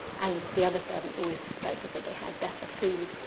and the other servants always suspected that they had better food.